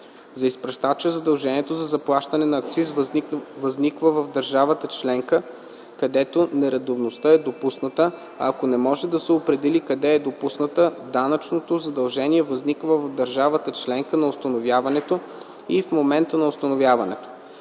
За изпращача задължението за заплащане на акциз възниква в държавата членка, където нередовността е допусната, а ако не може да се определи къде е допусната, данъчното задължение възниква в държавата членка на установяването и в момента на установяването.